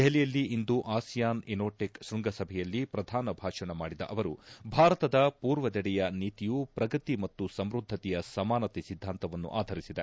ದೆಹಲಿಯಲ್ಲಿಂದು ಆಸಿಯಾನ್ ಇನೋಟೆಕ್ ಶೃಂಗಸಭೆಯಲ್ಲಿ ಪ್ರಧಾನ ಭಾಷಣ ಮಾಡಿದ ಅವರು ಭಾರತದ ಪೂರ್ವದೆಡೆಯ ನೀತಿಯೂ ಪ್ರಗತಿ ಮತ್ತು ಸಮೃದ್ಧತೆಯ ಸಮಾನತೆಯ ಸಿದ್ಧಾಂತವನ್ನು ಆಧರಿಸಿದೆ